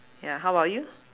ya how about you